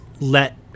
let